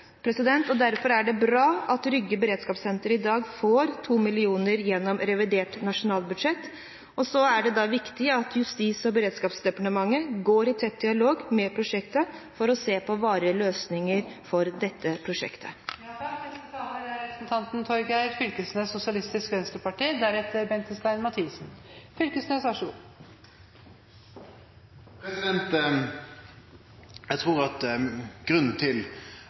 Derfor er det bra at Rygge beredskapssenter i dag får 2 mill. kr gjennom revidert nasjonalbudsjett. Da er det også viktig at Justis- og beredskapsdepartementet går i tett dialog med prosjektet for å se på varige løsninger for dette prosjektet. Eg trur grunnen til at statsministeren fekk så mykje ros – fortent ros – i nyttårstalen, der ho snakka om grøn omstilling, at